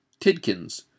Tidkins